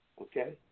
Okay